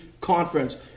conference